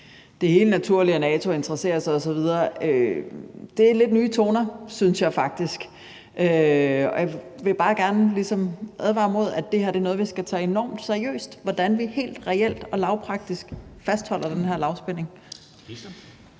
er helt naturligt, at NATO interesserer sig osv., som lidt nye toner. Og jeg vil bare gerne ligesom advare om, at det er noget, vi skal tage enormt seriøst, hvordan vi helt reelt og lavpraktisk fastholder den her lavspænding.